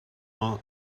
man